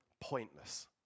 Pointless